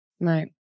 Right